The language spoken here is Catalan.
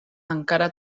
encara